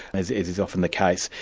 as is is often the case,